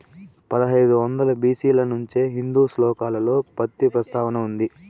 పదహైదు వందల బి.సి ల నుంచే హిందూ శ్లోకాలలో పత్తి ప్రస్తావన ఉంది